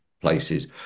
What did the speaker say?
places